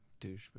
Douchebag